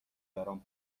برام